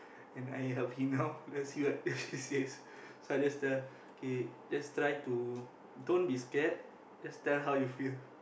and I now let's see what she says so I just tell K just try to don't be scared just tell how you feel